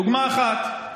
דוגמה אחת,